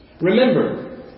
Remember